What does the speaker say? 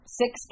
six